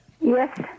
Yes